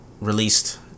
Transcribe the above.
released